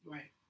Right